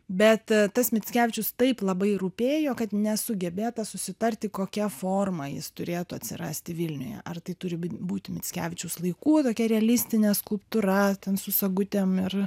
bet tas mickevičius taip labai rūpėjo kad nesugebėta susitarti kokia forma jis turėtų atsirasti vilniuje ar tai turi būti mickevičiaus laikų tokia realistinė skulptūra ten su sagutėm ir